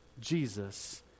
Jesus